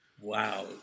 Wow